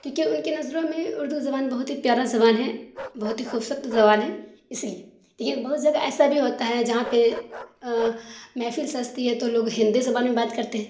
کیونکہ ان کی نظروں میں اردو زبان بہت ہی پیارا زبان ہے بہت ہی خوبصورت زبان ہے اس لیے لیکن تو یہ بہت جگہ ایسا بھی ہوتا ہے جہاں پہ محفل سجتی ہے تو لوگ ہندی زبان میں بات کرتے ہیں